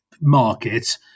market